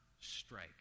strike